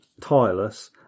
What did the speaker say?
Tireless